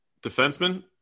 defenseman